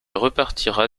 repartira